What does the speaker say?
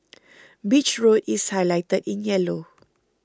Beach Road is highlighted in yellow